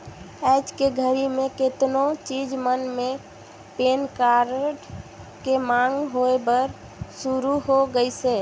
आयज के घरी मे केतनो चीच मन मे पेन कारड के मांग होय बर सुरू हो गइसे